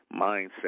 mindset